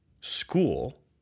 school